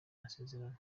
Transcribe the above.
masezerano